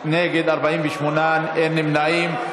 נגד, 48, אין נמנעים.